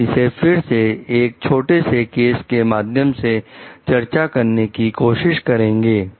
हम इसे फिर से एक छोटे से केस के माध्यम से चर्चा करने की कोशिश करेंगे